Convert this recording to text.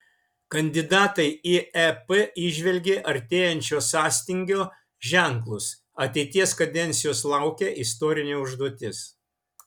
kandidatai į ep įžvelgė artėjančio sąstingio ženklus ateities kadencijos laukia istorinė užduotis